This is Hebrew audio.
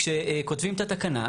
כשכותבים את התקנה,